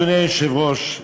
אדוני היושב-ראש,